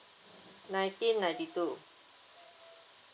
nineteen ninety two